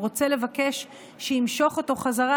הוא רוצה לבקש שימשוך אותו חזרה,